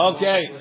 Okay